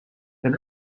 and